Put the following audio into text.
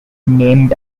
named